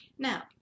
Now